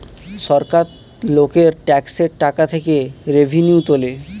সরকার লোকের ট্যাক্সের টাকা থেকে রেভিনিউ তোলে